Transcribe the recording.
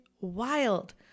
Wild